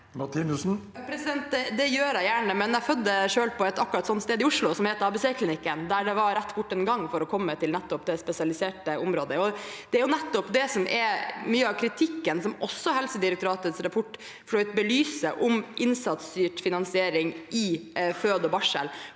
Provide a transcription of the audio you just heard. Det gjør jeg gjerne, men jeg fødte selv på akkurat et slikt sted i Oslo som heter ABC-klinikken, der det var rett bort en gang for å komme til nettopp det spesialiserte området. Det er nettopp det som er mye av kritikken, som også Helsedirektoratets rapport for så vidt belyser, av innsatsstyrt finansiering i føde og barsel.